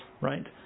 right